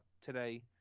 today